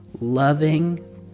loving